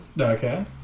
Okay